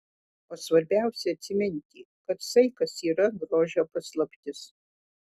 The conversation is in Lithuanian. o svarbiausia atsiminti kad saikas yra grožio paslaptis